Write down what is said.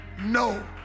no